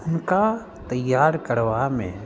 हुनका तैयार करबामे